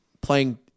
playing